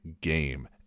game